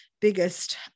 biggest